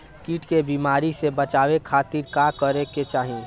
कीट के बीमारी से बचाव के खातिर का करे के चाही?